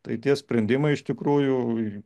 tai tie sprendimai iš tikrųjų